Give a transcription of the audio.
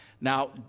Now